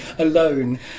alone